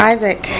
Isaac